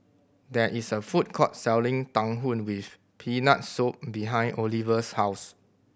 there is a food court selling tang with Peanut Soup behind Oliva's house